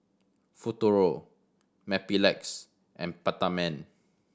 Futuro Mepilex and Peptamen